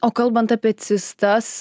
o kalbant apie cistas